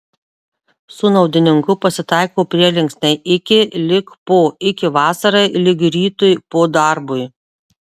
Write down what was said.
su naudininku pasitaiko prielinksniai iki lig po iki vasarai lig rytui po darbui